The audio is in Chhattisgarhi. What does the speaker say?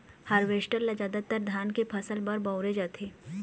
हारवेस्टर ल जादातर धान के फसल बर बउरे जाथे